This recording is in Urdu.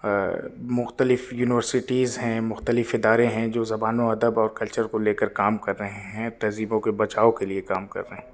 مختلف یونیورسٹیز ہیں مختلف ادارے ہیں جو زبان وادب اور کلچر كو لے کر کام كر رہے ہيں تہذيبوں كے بچاؤ كے ليے كام كر رہے ہیں